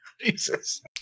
Jesus